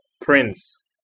Prince